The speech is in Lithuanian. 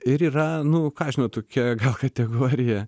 ir yra nu ką aš žinau tokia gal kategorija